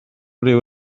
ryw